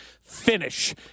finish